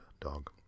dog